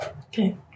Okay